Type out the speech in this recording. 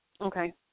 Okay